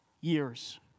years